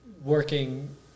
working